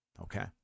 Okay